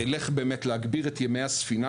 זה ילך כדי להגביר את ימי הספינה,